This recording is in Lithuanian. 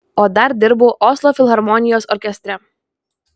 o dar dirbu oslo filharmonijos orkestre